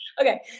Okay